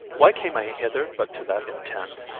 why came i hither but to that intent?